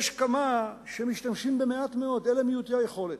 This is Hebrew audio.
יש כמה שמשתמשים במעט מאוד, אלה מעוטי היכולת.